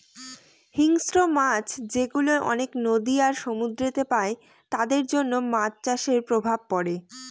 হিংস্র মাছ যেগুলা অনেক নদী আর সমুদ্রেতে পাই তাদের জন্য মাছ চাষের প্রভাব পড়ে